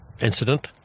incident